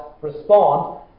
respond